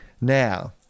Now